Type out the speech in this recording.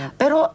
pero